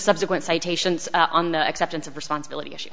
subsequent citations on the acceptance of responsibility